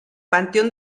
panteón